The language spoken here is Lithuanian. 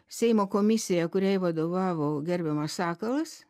seimo komisija kuriai vadovavo gerbiamas sakalas